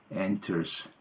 enters